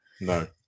No